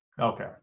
okay